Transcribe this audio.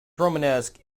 romanesque